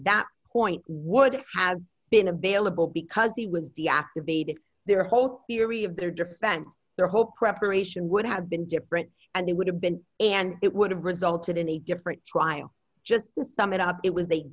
that point would have been a bailable because he was deactivated their hope to read of their defense their hope preparation would have been different and they would have been and it would have resulted in a different trial just the sum it up it was a